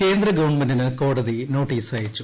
കേന്ദ്രഗവൺമെന്റിന് കോടതി നോട്ടീസ് അയച്ചു